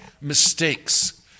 mistakes